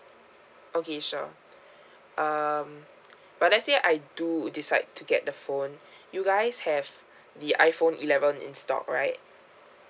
okay sure um but let's say I do decide to get the phone you guys have the iphone eleven in stock right